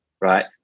right